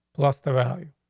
plus the value.